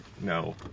No